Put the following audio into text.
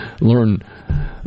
learn